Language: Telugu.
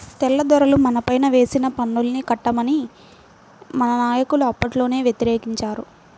తెల్లదొరలు మనపైన వేసిన పన్నుల్ని కట్టమని మన నాయకులు అప్పట్లోనే వ్యతిరేకించారు